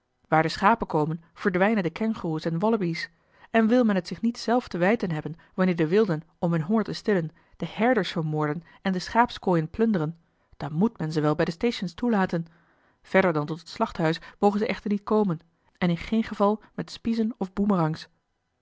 waar de schapen komen verdwijnen de kengoeroes en wallabies en wil men het zich niet zelf te wijten hebben wanneer de wilden om hun honger te stillen de herders vermoorden en de schaapskooien plunderen dan moet men ze wel bij de stations toelaten verder dan tot het slachthuis mogen ze echter niet komen en in geen geval met spiesen of